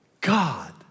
God